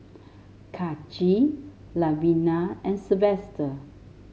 Kaci Lavina and Sylvester